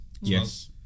Yes